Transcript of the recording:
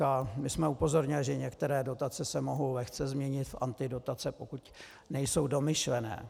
A my jsme upozornili, že některé dotace se mohou lehce změnit v antidotace, pokud nejsou domyšlené.